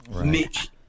Mitch